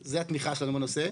זה התמיכה שלנו בנושא.